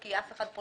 אדם שלא